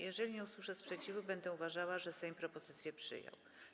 Jeżeli nie usłyszę sprzeciwu, będę uważała, że Sejm propozycję przyjął.